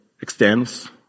extends